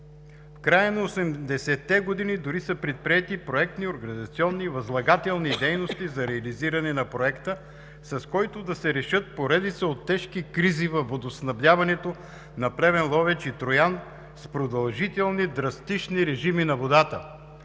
в края на 80-те години дори са предприети проектни, организационни и възлагателни дейности за реализирането на Проекта, с който да се решат поредица от тежки кризи във водоснабдяването на Плевен, Ловеч и Троян с продължителни, драстични режими на водата.